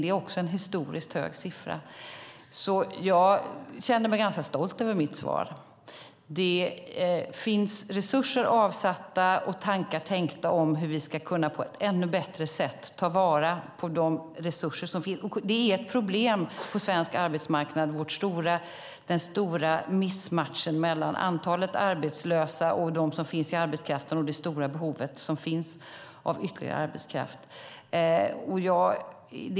Det är en historiskt hög siffra. Jag känner mig därför ganska stolt över mitt svar. Det finns resurser avsatta och tankar tänkta om hur vi på ett ännu bättre sätt ska kunna ta vara på de resurser som finns. Den stora missmatchningen mellan antalet arbetslösa och de som finns i arbetskraften och det stora behovet av ytterligare arbetskraft är ett problem på svensk arbetsmarknad.